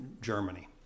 Germany